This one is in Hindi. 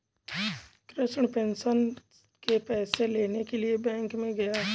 कृष्ण पेंशन के पैसे लेने के लिए बैंक में गया